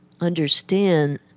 understand